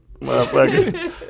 motherfucker